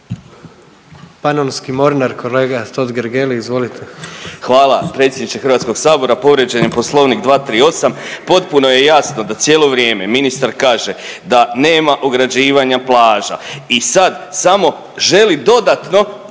Panonski mornar kolega Totgergeli izvolite. **Totgergeli, Miro (HDZ)** Hvala predsjedniče HS. Povrijeđen je poslovnik 238., potpuno je jasno da cijelo vrijeme ministar kaže da nema ograđivanja plaža i sad samo želi dodatno